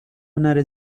هنر